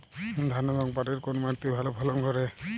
ধান এবং পাটের কোন মাটি তে ভালো ফলন ঘটে?